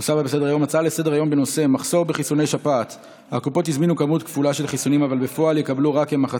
נעבור להצעות לסדר-היום מס' 637, 706 ו-717,